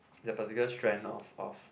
the particular strain of of